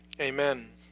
Amen